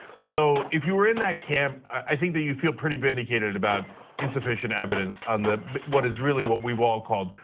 so, if you were in that camp, i think that you feel pretty vindicated about insufficient evidence on what is really what we've all called,